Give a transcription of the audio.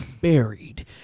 buried